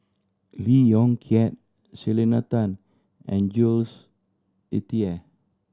Lee Yong Kiat Selena Tan and Jules Itier